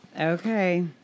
Okay